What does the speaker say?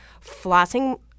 flossing